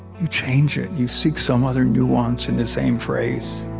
you change it. you seek some other nuance in the same phrase